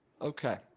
okay